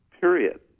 period